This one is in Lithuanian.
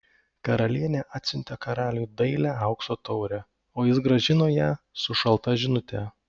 karalienė atsiuntė karaliui dailią aukso taurę o jis grąžino ją su šalta žinute